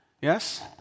Yes